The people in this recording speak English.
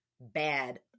bad